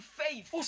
faith